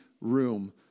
room